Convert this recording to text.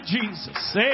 Jesus